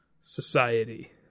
society